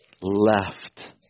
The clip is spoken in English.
left